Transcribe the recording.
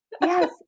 Yes